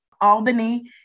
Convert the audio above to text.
Albany